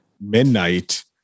midnight